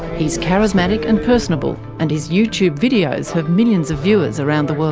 he's charismatic and personable, and his youtube videos have millions of viewers around the world.